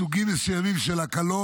בסוגים מסוימים של הקלות,